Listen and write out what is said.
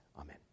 Amen